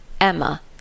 Emma